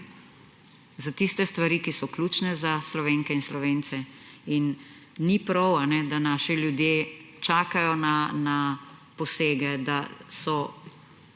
Za tiste stvari, ki so ključne za Slovenke in Slovence, in ni prav, da naši ljudje čakajo na posege, da so